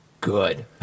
good